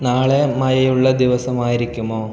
നാളെ മഴയുള്ള ദിവസമായിരിക്കുമോ